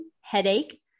headache